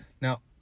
Now